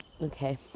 Okay